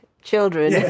children